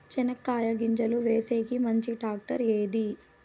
చెనక్కాయ గింజలు వేసేకి మంచి టాక్టర్ ఏది?